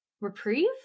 reprieve